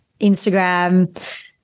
Instagram